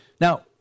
Now